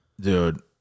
dude